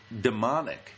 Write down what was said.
demonic